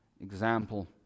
example